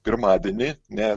pirmadienį ne